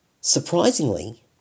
Surprisingly